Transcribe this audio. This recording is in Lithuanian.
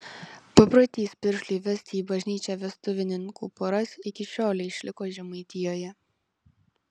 paprotys piršliui vesti į bažnyčią vestuvininkų poras iki šiolei išliko žemaitijoje